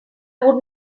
would